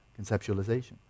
conceptualization